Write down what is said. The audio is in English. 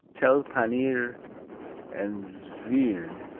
telpanir and zwirn.